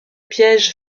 piège